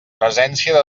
presència